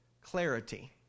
clarity